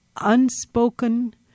unspoken